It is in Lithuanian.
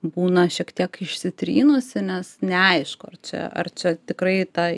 būna šiek tiek išsitrynusi nes neaišku ar čia ar čia tikrai tą